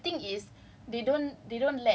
uh doing online kalau boleh